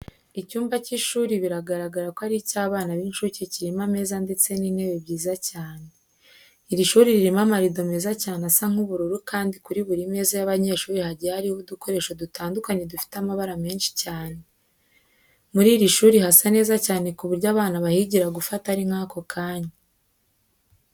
Icyumba cy'ishuri bigaragara ko ari icy'abana b'inshuke kirimo ameza ndetse n'intebe byiza cyane. Iri shuri ririmo amarido meza cyane asa nk'ubururu kandi kuri buri meza y'abanyeshuri hagiye hariho udukoresho dutandukanye dufite amabara menshi cyane. Muri iri shuri hasa neza cyane ku buyo abana bahigira gufata ari nk'ako kanya.